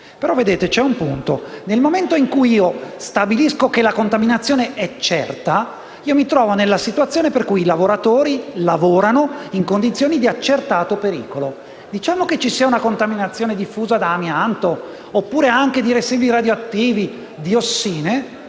evidenziare: nel momento in cui si stabilisce che la contaminazione è certa, ci si trova nella situazione per cui i lavoratori lavorano in condizioni di accertato pericolo. Ipotizziamo che ci sia una contaminazione diffusa da amianto e da residui radioattivi o da diossina: